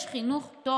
יש חינוך טוב.